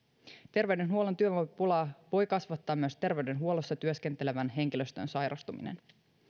terveydenhuollon työvoimapulaa voi kasvattaa myös terveydenhuollossa työskentelevän henkilöstön sairastuminen